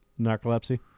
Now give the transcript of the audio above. narcolepsy